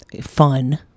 fun